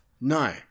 No